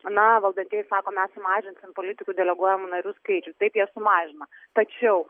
na valdantieji sako mes sumažinsim politikų deleguojamų narių skaičių taip jie sumažina tačiau